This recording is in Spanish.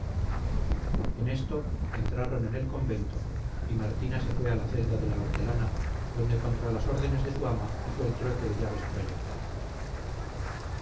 en esto entraron en el convento y martina se fue a la celda de la hortelana donde contra las órdenes de su ama hizo el trueque de llaves proyectado